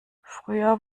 früher